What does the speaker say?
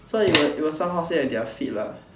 so it would it would somehow say that they are fit lah